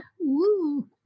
Woo